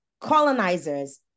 colonizers